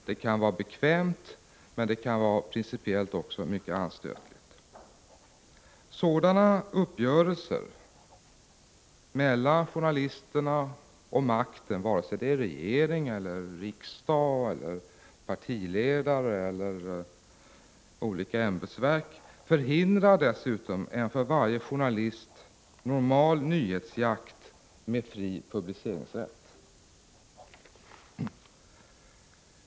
Det kan vara bekvämt, men det kan också principiellt vara mycket anstötligt. Sådana uppgörelser mellan journalisterna och makten, vare sig det är regering, riksdag, partiledare eller olika ämbetsverk, förhindrar dessutom en för varje journalist normal nyhetsjakt med fri publiceringsrätt.